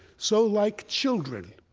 so like children,